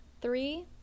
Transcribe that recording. Three